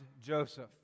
Joseph